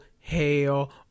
hell